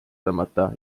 tõmmata